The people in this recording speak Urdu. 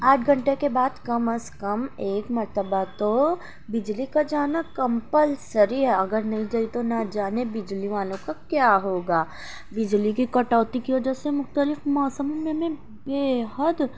آٹھ گھنٹے کے بعد کم از کم ایک مرتبہ تو بجلی کا جانا کمپلسری ہے اگر نہیں گئی تو نہ جانے بجلی والوں کا کیا ہوگا بجلی کی کٹوتی کی وجہ سے مختلف موسموں میں ہمیں بے حد